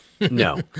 No